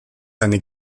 eine